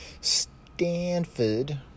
Stanford